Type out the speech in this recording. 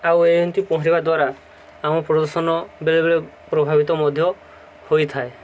ଆଉ ଏ ଏମିତି ପହଁରିବା ଦ୍ୱାରା ଆମ ପ୍ରଦୂଶନ ବେଳେବେଳେ ପ୍ରଭାବିତ ମଧ୍ୟ ହୋଇଥାଏ